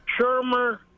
Shermer